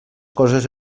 coses